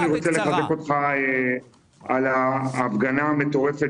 אני רוצה לחזק אותך על ההפגנה המטורפת